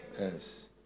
Yes